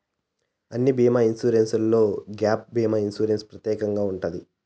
అన్ని బీమా ఇన్సూరెన్స్లో గ్యాప్ భీమా ఇన్సూరెన్స్ ప్రత్యేకంగా ఉంటది